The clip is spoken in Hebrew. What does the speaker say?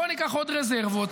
בוא ניקח עוד רזרבות,